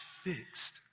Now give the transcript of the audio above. fixed